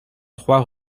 trois